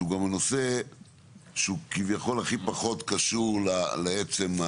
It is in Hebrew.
שהוא גם הנושא שהוא כביכול הכי פחות קשור לעצם,